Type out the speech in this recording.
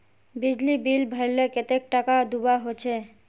बिजली बिल भरले कतेक टाका दूबा होचे?